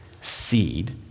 seed